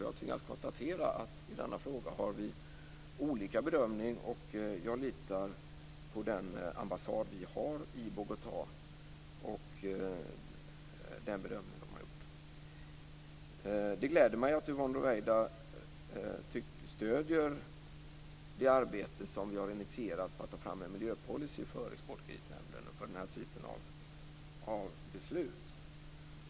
Jag tvingas konstatera att i denna fråga har vi olika bedömningar. Jag litar på den ambassad vi har i Bogotá och den bedömning man har gjort. Det gläder mig att Yvonne Ruwaida stöder det arbete vi har initierat med att ta fram en miljöpolicy för Exportkreditnämnden och för den här typen av beslut.